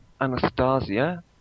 Anastasia